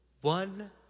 one